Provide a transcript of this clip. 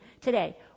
today